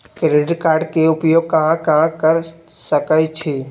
Credit card के उपयोग कहां कहां कर सकईछी?